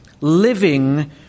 living